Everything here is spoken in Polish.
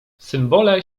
symbole